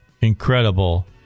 incredible